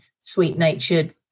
sweet-natured